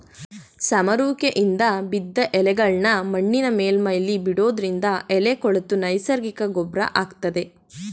ಸಮರುವಿಕೆಯಿಂದ ಬಿದ್ದ್ ಎಲೆಗಳ್ನಾ ಮಣ್ಣಿನ ಮೇಲ್ಮೈಲಿ ಬಿಡೋದ್ರಿಂದ ಎಲೆ ಕೊಳೆತು ನೈಸರ್ಗಿಕ ಗೊಬ್ರ ಆಗ್ತದೆ